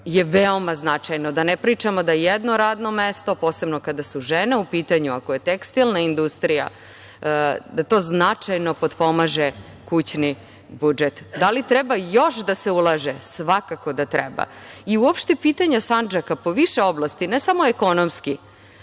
je veoma značajno, da ne pričamo da jedno radno mesto, posebno kada su žene u pitanju, ako je tekstilna industrija, da to značajno potpomaže kućni budžet. Da li treba još da se ulaže? Svakako da treba. I uopšte pitanja Sandžaka po više oblasti, ne samo ekonomski,